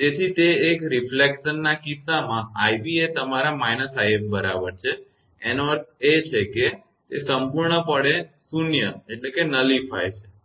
તેથી તે એક પ્રતિબિંબ ના કિસ્સામાં 𝑖𝑏 એ તમારા −𝑖𝑓 બરાબર છે એનો અર્થ છે કે તે સંપૂર્ણપણે શૂન્ય છે